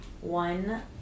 one